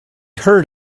heard